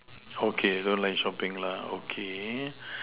okay don't like shopping okay